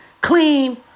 clean